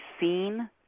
seen